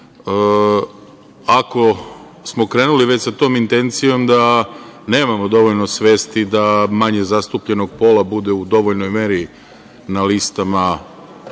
Ako smo krenuli već sa intencijom da nemamo dovoljno svesti da manje zastupljenog pola bude u dovoljnoj meri na listama